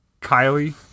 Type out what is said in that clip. Kylie